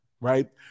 Right